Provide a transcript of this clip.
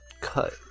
cut